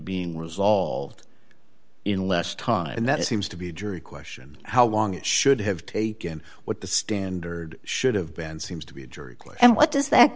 being resolved in less time and that seems to be jury question how long should have taken what the standard should have been seems to be jury and what does that